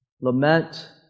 Lament